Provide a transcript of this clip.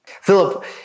Philip